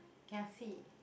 kiasi